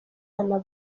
bana